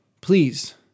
Please